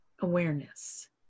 awareness